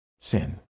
sin